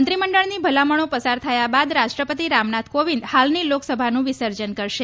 મંત્રિમંડળની ભલામણો પસાર થયા બાદ રાષ્ટ્રપતિ રામનાથ કોવિંદ હાલની લોકસભાનું વિસર્જન કરશે